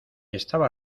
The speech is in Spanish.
estaba